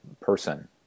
person